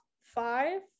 five